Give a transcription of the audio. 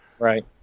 Right